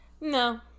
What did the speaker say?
No